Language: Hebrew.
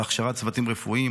הכשרת צוותים רפואיים,